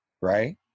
right